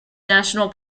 national